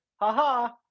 ha-ha